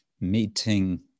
meeting